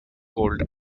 gold